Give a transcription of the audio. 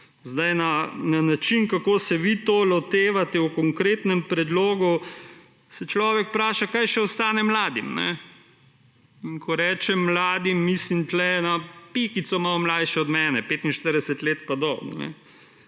frazo. Na način kako se vi to lotevate v konkretnem predlogu se človek vpraša kaj še ostane mladim. In ko rečem mladim mislim tu na pikico malo mlajše od mene, 45 let pa do…